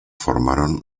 formaron